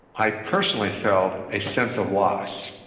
i personally felt a sense of loss.